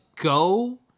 go